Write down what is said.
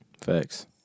Facts